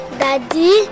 daddy